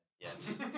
Yes